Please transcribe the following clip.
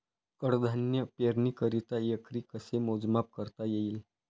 कडधान्य पेरणीकरिता एकरी कसे मोजमाप करता येईल?